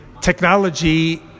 technology